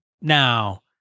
Now